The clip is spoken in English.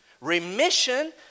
remission